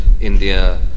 India